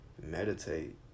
Meditate